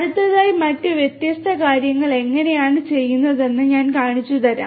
അടുത്തതായി മറ്റ് വ്യത്യസ്ത കാര്യങ്ങൾ എങ്ങനെയാണ് ചെയ്യുന്നതെന്ന് ഞാൻ കാണിച്ചുതരാം